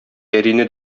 пәрине